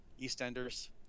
EastEnders